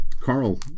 Carl